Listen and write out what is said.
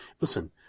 Listen